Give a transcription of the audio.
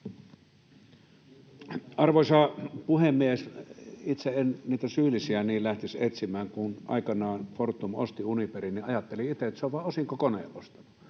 Arvoisa puhemies! Itse en niitä syyllisiä niin lähtisi etsimään. Kun aikanaan Fortum osti Uniperin, niin ajattelin itse, että se vain osinkokoneen osto,